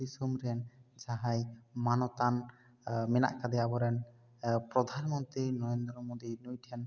ᱫᱤᱥᱚᱢ ᱨᱮᱱ ᱡᱟᱦᱟᱸᱭ ᱢᱟᱱᱚᱛᱟᱱ ᱢᱮᱱᱟᱜ ᱟᱠᱟᱫᱮᱭᱟ ᱟᱵᱚᱨᱮᱱ ᱯᱨᱚᱫᱷᱟᱱ ᱢᱚᱱᱛᱨᱤ ᱱᱚᱨᱮᱱᱫᱨᱚ ᱢᱚᱫᱤ ᱱᱩᱭ ᱴᱷᱮᱱ